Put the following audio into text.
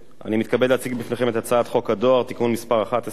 אני מתכבד להציג בפניכם את הצעת החוק הדואר (תיקון מס' 11),